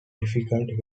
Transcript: difficult